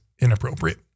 inappropriate